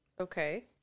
Okay